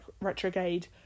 retrograde